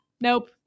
Nope